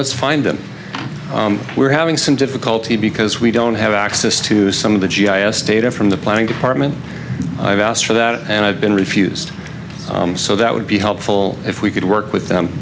let's find them we're having some difficulty because we don't have access to some of the g i s data from the planning department i've asked for that and i've been refused so that would be helpful if we could work with them